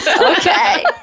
Okay